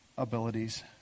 abilities